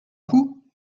coup